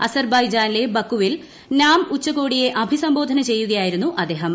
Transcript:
അസർബൈജാനിലെ ബക്കുവിൽ നാം ഉച്ചകോടിയെ അഭിസംബോധന ചെയ്യുകയായിരുന്നു അദ്ദേഹം